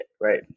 right